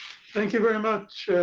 thank you very much,